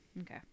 okay